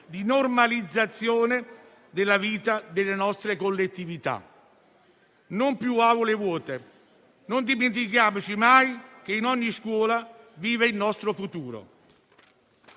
di normalizzazione della vita delle nostre collettività. Non più aule vuote. Non dimentichiamoci mai che in ogni scuola vive il nostro futuro.